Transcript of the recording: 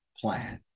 plan